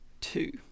two